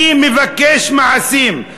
אני מבקש מעשים.